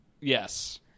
Yes